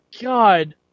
god